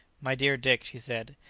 my dear dick, she said,